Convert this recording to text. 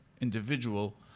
individual